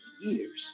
years